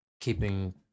keeping